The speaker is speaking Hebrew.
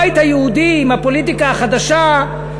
הבית היהודי, עם הפוליטיקה החדשה,